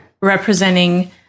representing